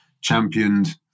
championed